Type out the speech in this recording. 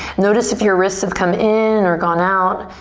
notice if your wrists have come in or gone out.